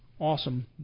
Awesome